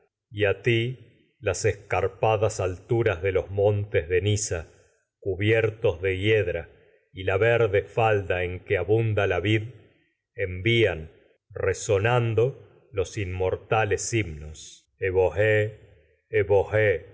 y a de ti las escarpadas alturas de los mon y tes de nisa cubiertos de hiedra la verde falda en que abunda la vid envían resonando los inmortales himnos a evohé